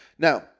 Now